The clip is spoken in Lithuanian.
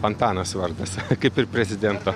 antanas vardas kaip ir prezidento